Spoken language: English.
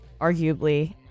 arguably